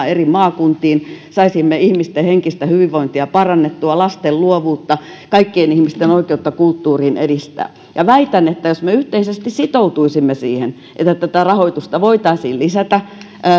eri maakuntiin saisimme ihmisten henkistä hyvinvointia parannettua lasten luovuutta kaikkien ihmisten oikeutta kulttuuriin edistettyä väitän että jos me yhteisesti sitoutuisimme siihen että tätä rahoitusta voitaisiin lisätä